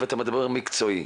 אני עובד על הרובד המקצועי.